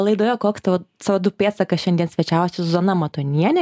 laidoje koks tavo c o du pėdsakas šiandien svečiavosi zuzana matonienė